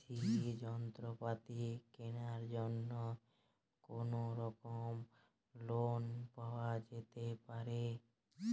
কৃষিযন্ত্রপাতি কেনার জন্য কোনোরকম লোন পাওয়া যেতে পারে?